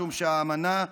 משום שהאמנה,